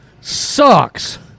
sucks